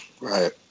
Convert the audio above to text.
Right